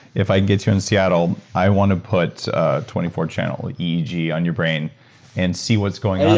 if i get you in seattle, i want to put twenty four channel eeg on your brain and see what's going